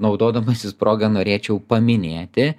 naudodamasis proga norėčiau paminėti